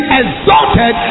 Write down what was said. exalted